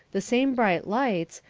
the same bright lights,